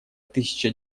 тысяча